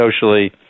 socially